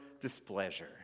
displeasure